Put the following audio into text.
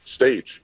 stage